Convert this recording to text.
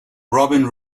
robin